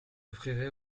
offrirai